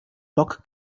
bock